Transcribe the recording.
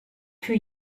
too